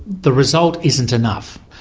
the result isn't enough.